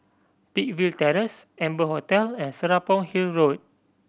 Peakville Terrace Amber Hotel and Serapong Hill Road